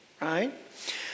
right